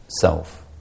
self